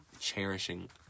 cherishing